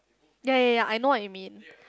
ya ya ya I know what you mean